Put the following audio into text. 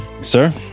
Sir